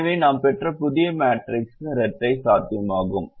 எனவே நாம் பெற்ற புதிய மேட்ரிக்ஸும் இரட்டை சாத்தியமாகும்